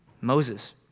Moses